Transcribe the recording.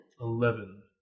Eleven